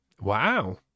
Wow